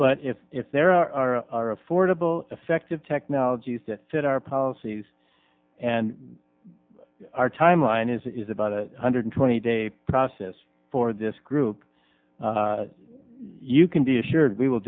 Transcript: but if if there are are affordable effective technologies that fit our policies and our timeline is about a hundred twenty day process for this group you can be assured we will